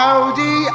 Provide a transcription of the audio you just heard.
Audi